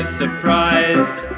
surprised